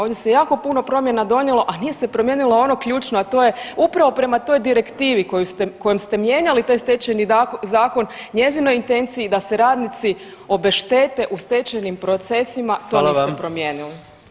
Ovdje se jako puno promjena donijelo, a nije se promijenilo ono ključno, a to je upravo prema toj direktivi kojom ste mijenjali taj Stečajni zakon, njezinoj intenciji da se radnici obeštete u stečajnim procesima, to niste [[Upadica: Hvala vam.]] promijenili.